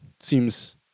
Seems